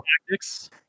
tactics